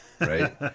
right